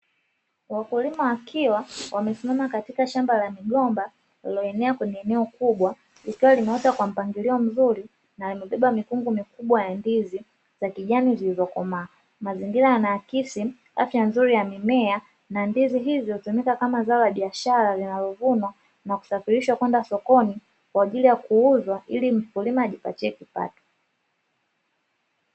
Wakulima wakiwa wamesimama katika shamba la migomba iliyoenea kwenye eneo kubwa, likiwa limeota kwa mpangilio mzuri, na yamebeba mikungu mikubwa ya ndizi za kijani zilizokomaa. Mazingira yanaakisi afya nzuri ya mimea, na ndizi hizo hutumika kama zao la biashara linalovunwa na kusafirishwa kwenda sokoni kwa ajili ya kuuzwa ili mkulima ajipatie kipato.